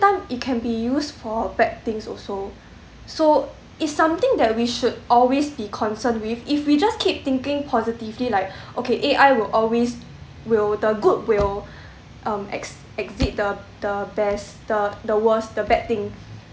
time it can be used for bad things also so it's something that we should always be concerned with if we just keep thinking positively like okay A_I will always will the good will um ex~ exceed the the best the the worst the bad thing